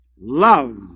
Love